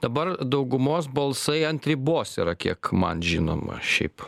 dabar daugumos balsai ant ribos yra kiek man žinoma šiaip